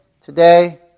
today